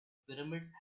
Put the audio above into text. pyramids